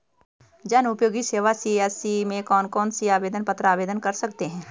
जनउपयोगी सेवा सी.एस.सी में कौन कौनसे आवेदन पत्र आवेदन कर सकते हैं?